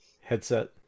headset